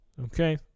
Okay